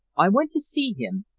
i went to see him,